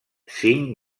cinc